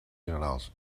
generals